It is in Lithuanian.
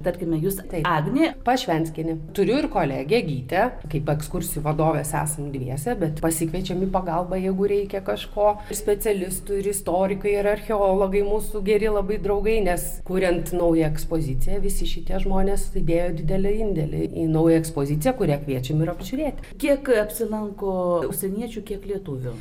tarkime jūs tai agnė pašvenskienė turiu ir kolegė gytė kaip ekskursijų vadovės esam dviese bet pasikviečiam pagalba jeigu reikia kažko iš specialistų ir istorikai ir archeologai mūsų geri labai draugai nes kuriant naują ekspoziciją visi šitie žmonės įdėjo didelį indėlį į naują ekspoziciją kurią kviečiam ir apžiūrėti kiek apsilanko užsieniečių kiek lietuvių